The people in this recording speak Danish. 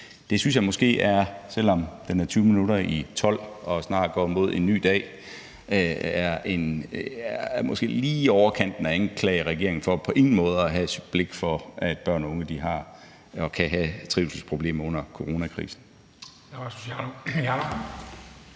Jeg synes måske, selv om klokken er 20 minutter i tolv og det snart går mod en ny dag, det er lige i overkanten at anklage regeringen for på ingen måde at have et blik for, at børn og unge har og kan have trivselsproblemer under coronakrisen. Kl. 23:38 Formanden